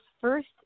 first